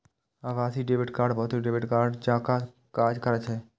आभासी debit card भौतिक debit कार्डे जकां काज करै छै